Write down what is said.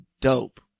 dope